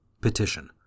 Petition